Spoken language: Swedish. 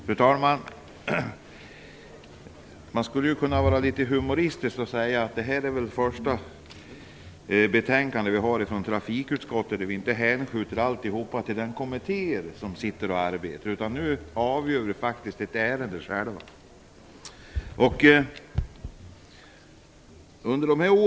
Fru talman! Man skulle kunna vara litet humoristisk och säga att detta är det första betänkande från trafikutskottet där vi inte hänskjuter allt till de arbetande kommittéerna. Nu avgör faktiskt vi själva ett ärende!